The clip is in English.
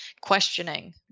questioning